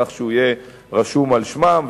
כך שהוא יהיה רשום על שמם,